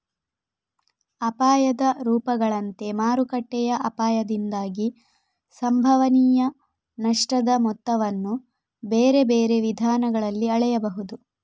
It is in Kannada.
ಅಪಾಯದ ರೂಪಗಳಂತೆ ಮಾರುಕಟ್ಟೆಯ ಅಪಾಯದಿಂದಾಗಿ ಸಂಭವನೀಯ ನಷ್ಟದ ಮೊತ್ತವನ್ನು ಬೇರೆ ಬೇರೆ ವಿಧಾನಗಳಲ್ಲಿ ಅಳೆಯಬಹುದು